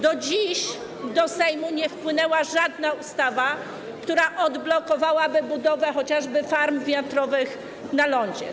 Do dziś do Sejmu nie wpłynęła żadna ustawa, która odblokowałaby budowę chociażby farm wiatrowych na lądzie.